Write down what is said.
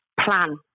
plan